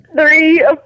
Three